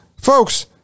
folks